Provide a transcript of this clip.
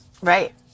Right